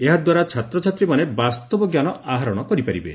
ଏହାଦ୍ୱାରା ଛାତ୍ରଛାତ୍ରୀମାନେ ବାସ୍ତବ ଞ୍ଜାନ ଆହରଣ କରିପାରିବେ